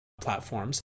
platforms